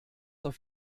auf